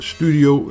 Studio